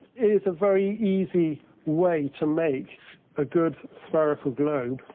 is a very easy way to make a good spherical globe.